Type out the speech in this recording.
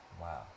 Wow